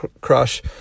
crush